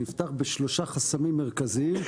אני אפתח בשלושה חסמים מרכזיים.